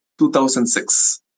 2006